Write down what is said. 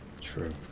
True